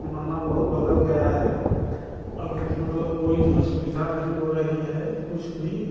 जमाना बहुत बदल गया है अब मतलब कोई असुविधा नहीं हो रही है कुछ भी